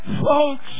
Folks